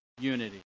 unity